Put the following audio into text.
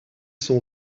sont